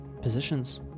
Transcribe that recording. Positions